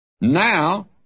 Now